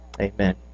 Amen